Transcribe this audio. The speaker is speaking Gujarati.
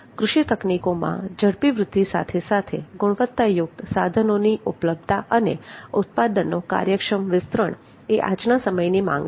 કૃષિ તકનીકોમાં ઝડપી વૃદ્ધિની સાથે સાથે ગુણવત્તાયુક્ત સાધનોની ઉપલબ્ધતા અને ઉત્પાદનનો કાર્યક્ષમ વિતરણ એ આજના સમયની માંગ છે